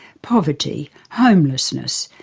poverty, homelessness,